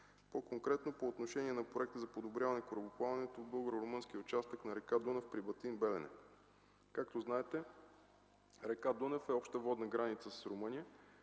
По-конкретно по отношение на проекта за подобряване на корабоплаването в българо-румънския участък на река Дунав при Батин-Белене. Както знаете, река Дунав е обща водна граница с Румъния,